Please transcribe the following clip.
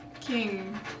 King